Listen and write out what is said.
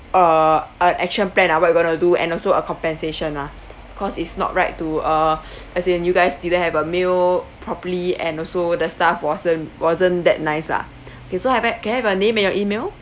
uh a action plan lah what we're gonna do and also a compensation lah cause it's not right to uh as in you guys didn't have a meal properly and also the staff wasn't wasn't that nice lah okay so have I can I have uh name and your email